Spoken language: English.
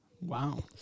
Wow